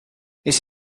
nes